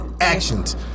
actions